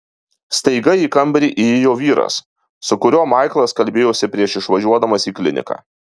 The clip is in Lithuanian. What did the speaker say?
staiga į kambarį įėjo vyras su kuriuo maiklas kalbėjosi prieš išvažiuodamas į kliniką